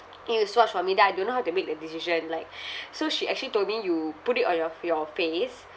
then you swatch for me then I don't know how to make the decision like so she actually told me you put it on your your face